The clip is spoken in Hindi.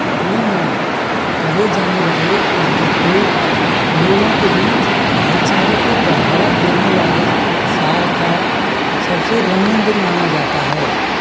होली मिलन कहे जाने वाले इस दिन को लोगों के बीच भाईचारे को बढ़ावा देने वाले साल का सबसे रंगीन दिन माना जाता है